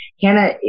Hannah